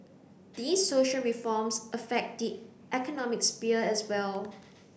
these social reforms affect the economic sphere as well